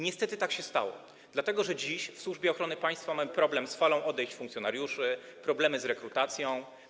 Niestety tak się stało, dlatego że dziś w Służbie Ochrony Państwa mamy problemy z falą odejść funkcjonariuszy, problemy z rekrutacją.